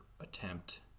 attempt